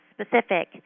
specific